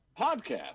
Podcast